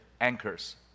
anchors